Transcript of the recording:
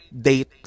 date